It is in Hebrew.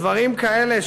דברים כאלה,